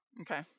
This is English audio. Okay